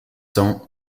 cents